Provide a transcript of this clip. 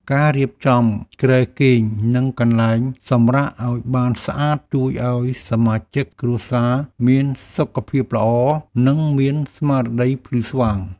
ការរៀបចំគ្រែគេង និងកន្លែងសម្រាកឱ្យបានស្អាតជួយឱ្យសមាជិកគ្រួសារមានសុខភាពល្អ និងមានស្មារតីភ្លឺស្វាង។